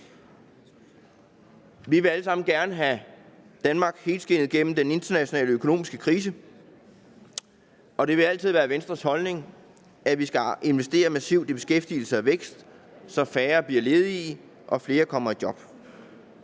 Vi vil alle sammen gerne have Danmark helskindet gennem den internationale økonomiske krise, og det vil altid være Venstres holdning, at vi skal investere massivt i beskæftigelse og vækst, så færre bliver ledige og flere kommer i job.